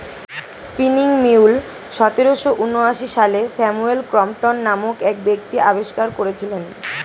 spinning mule সতেরোশো ঊনআশি সালে স্যামুয়েল ক্রম্পটন নামক এক ব্যক্তি আবিষ্কার করেছিলেন